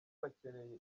bakeneye